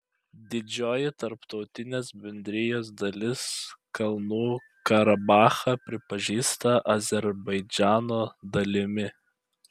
didžioji tarptautinės bendrijos dalis kalnų karabachą pripažįsta azerbaidžano dalimi